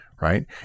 right